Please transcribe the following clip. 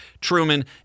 Truman